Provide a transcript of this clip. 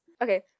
Okay